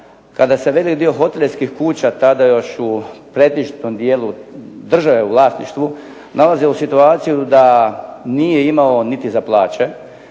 kada se vidi dio hotelijerskih kuća tada još u pretežitom dijelu države u vlasništvu nalazimo situaciju da nije imao niti za plaće,